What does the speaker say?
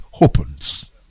opens